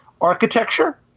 architecture